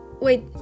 Wait